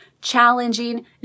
challenging